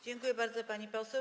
Dziękuję bardzo, pani poseł.